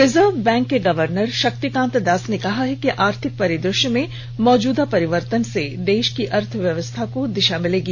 reserve bank के governor Shaktikanta Das ने कहा है कि आर्थिक परिदृश्य में मौजुदा परिवर्तन से देश की अर्थव्यवस्था को दिशा मिलेगी